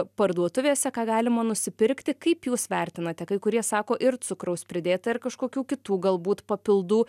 parduotuvėse ką galima nusipirkti kaip jūs vertinate kai kurie sako ir cukraus pridėta ir kažkokių kitų galbūt papildų